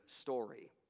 story